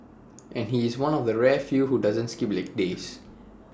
and he's one of the rare few who doesn't skip leg days